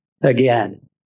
again